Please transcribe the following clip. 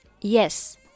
Yes